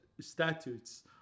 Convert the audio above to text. statutes